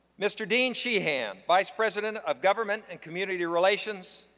mr. dean shehann, vice president of government and community relations.